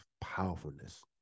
powerfulness